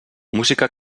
música